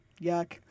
Yuck